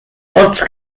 hortz